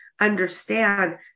understand